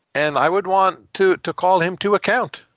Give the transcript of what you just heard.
and i would want to to call him to account.